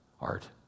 Art